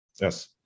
Yes